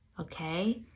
Okay